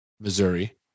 Missouri